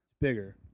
bigger